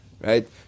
right